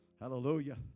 hallelujah